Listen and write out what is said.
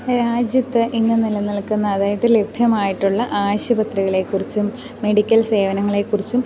രാജ്യത്ത് ഇന്നു നില നിൽക്കുന്ന അതായത് ലഭ്യമായിട്ടുള്ള ആശുപത്രികളെക്കുറിച്ചും മെഡിക്കൽ സേവനങ്ങളെക്കുറിച്ചും